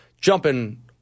jumping